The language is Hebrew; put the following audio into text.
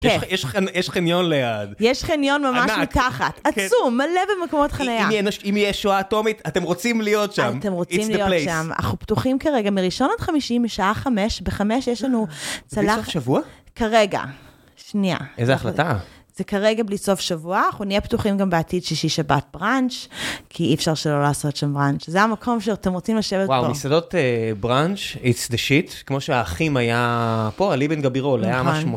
יש חניון ליד. ענק. יש חניון ממש מתחת. עצום, מלא במקומות חנייה. אם יהיה שואה אטומית, אתם רוצים להיות שם. אתם רוצים להיות שם. אנחנו פתוחים כרגע, מראשון עד חמישי משעה 5, ב-5 יש לנו צלחת... בלי סוף שבוע? כרגע. שנייה. איזה החלטה. זה כרגע בלי סוף שבוע, אנחנו נהיה פתוחים גם בעתיד שישי שבת בראנץ', כי אי אפשר שלא לעשות שם בראנץ'. זה המקום שאתם רוצים לשבת פה. וואו, מסעדות בראנץ' its the shit כמו שהאחים היה פה על אבן-גבירול היה משהו...